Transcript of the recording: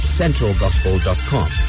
centralgospel.com